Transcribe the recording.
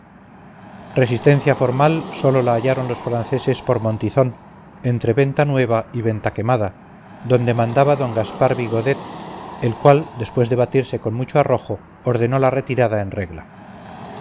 resistencia formal sólo la hallaron los franceses por montizón entre venta nueva y venta quemada donde mandaba d gaspar vigodet el cual después de batirse con mucho arrojo ordenó la retirada en regla